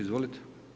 Izvolite.